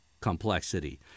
complexity